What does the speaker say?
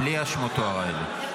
בלי שמות התואר האלה.